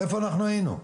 איפה אנחנו היינו?